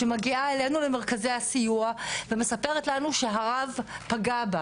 שמגיעה אלינו למרכזי הסיוע ומספרת לנו שהרב פגע בה,